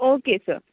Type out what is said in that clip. okay sir